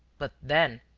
but then.